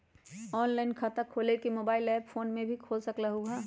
Online खाता खोले के मोबाइल ऐप फोन में भी खोल सकलहु ह?